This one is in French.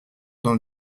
dans